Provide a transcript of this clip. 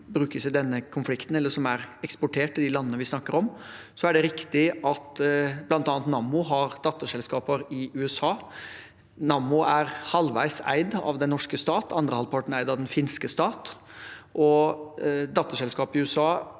som brukes i denne konflikten, eller som er eksportert til de landene vi snakker om. Så er det riktig at bl.a. Nammo har datterselskaper i USA. Nammo er halvveis eid av den norske stat, den andre halvparten er eid av den finske stat, og datterselskap i USA